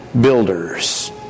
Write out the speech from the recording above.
builders